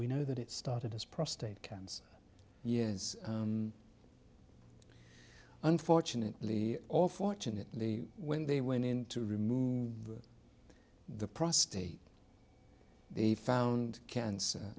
we know that it started as prostate cancer years unfortunately all fortunately when they went in to remove the prostate they found cancer